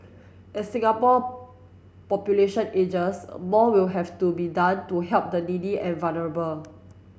as Singapore population ages more will have to be done to help the needy and vulnerable